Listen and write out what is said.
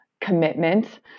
commitment